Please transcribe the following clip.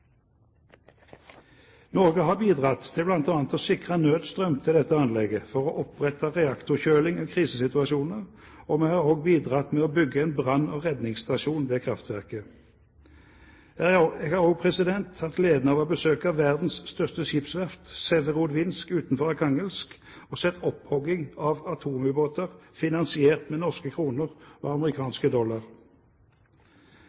Norge har bidratt til bl.a. nødstrøm til dette anlegget for å sikre reaktorkjøling i krisesituasjoner, og vi har også bidratt med å bygge en brann- og redningsstasjon ved kraftverket. Jeg har også hatt gleden av å besøke verdens største skipsverft, Severodvinsk utenfor Arkhangelsk, og sett opphugging av atomubåter finansiert med norske kroner og